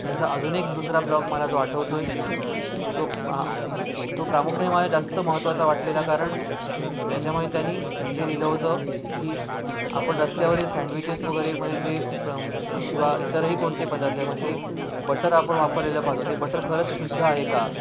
त्यांचा अजून एक दुसरा ब्लॉग मला जो आठवतो आहे तो तो प्रामुख्याने मला जास्त महत्त्वाचा वाटलेला कारण त्याच्यामध्ये त्याची जे लिहिलं होतं की आपण रस्त्यावरील सँडविचेस वगैरे म्हणजे जे प्रम किंवा इतरही कोणते पदार्थ आहे म्हणजे बटर आपण वापरलेलं पाहतो ते बटर खरंच शुद्ध आहे का